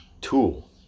tool